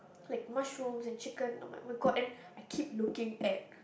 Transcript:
like mushrooms and chicken not oh my my god and I keep looking at